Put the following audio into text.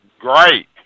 great